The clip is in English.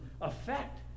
effect